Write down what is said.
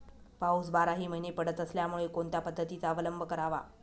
पाऊस बाराही महिने पडत असल्यामुळे कोणत्या पद्धतीचा अवलंब करावा?